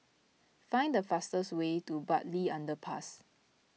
find the fastest way to Bartley Underpass